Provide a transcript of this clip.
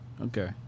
Okay